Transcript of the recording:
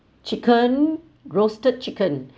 chicken roasted chicken